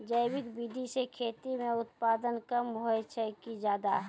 जैविक विधि से खेती म उत्पादन कम होय छै कि ज्यादा?